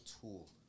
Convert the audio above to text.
tool